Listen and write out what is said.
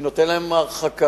ונותן להם הרחקה,